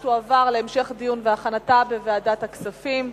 אני קובעת שהצעת החוק תועבר להמשך דיון והכנה לוועדת הכספים.